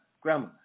grandma